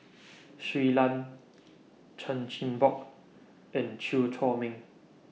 Shui Lan Chan Chin Bock and Chew Chor Meng